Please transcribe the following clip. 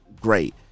great